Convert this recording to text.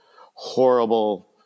horrible